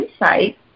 insight